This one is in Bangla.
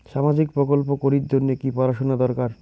সামাজিক প্রকল্প করির জন্যে কি পড়াশুনা দরকার?